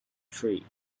tree